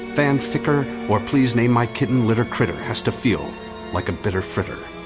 fanfic-er, or please name my kitten litter critter has to feel like a bitter fritter.